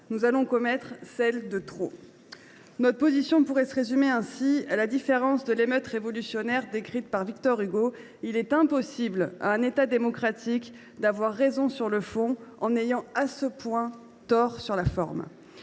nous allons commettre celle de trop. Notre position pourrait se résumer ainsi : à la différence de l’émeute révolutionnaire décrite par Victor Hugo, un État démocratique ne peut pas avoir raison sur le fond en ayant à ce point tort sur la forme.